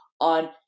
on